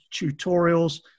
tutorials